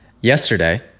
Yesterday